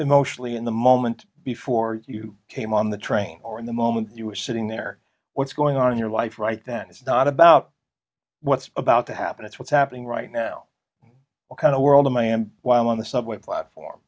emotionally in the moment before you came on the train or in the moment you were sitting there what's going on in your life right then it's not about what's about to happen it's what's happening right now what kind of world m i am while on the subway platform